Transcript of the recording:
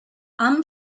amb